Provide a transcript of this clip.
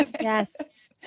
Yes